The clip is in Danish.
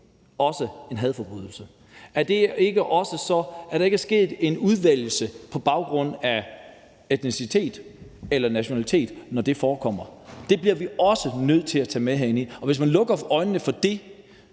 også er en hadforbrydelse. Er der ikke sket en udvælgelse på baggrund af etnicitet eller nationalitet, når det forekommer? Det bliver vi også nødt til at tage med heri, og hvis man lukker øjnene for det,